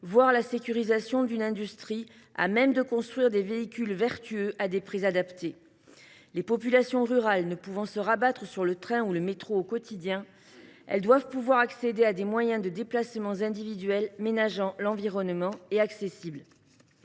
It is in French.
voir la sécurisation d’une industrie à même de construire des véhicules vertueux à des prix adaptés. Les populations rurales ne pouvant se rabattre sur le train ou le métro au quotidien, elles doivent pouvoir accéder à des moyens de déplacement individuels ménageant l’environnement. Je